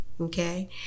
okay